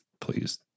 please